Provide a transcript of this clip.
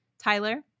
Tyler